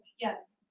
Yes